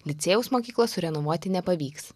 licėjaus mokyklos surenovuoti nepavyks